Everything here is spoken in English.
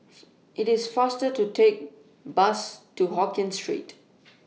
IT IS faster to Take Bus to Hokkien Street